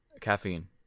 Caffeine